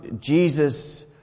Jesus